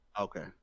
Okay